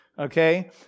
Okay